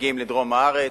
שמגיעים לדרום הארץ,